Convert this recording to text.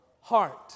heart